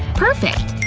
perfect.